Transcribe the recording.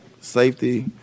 safety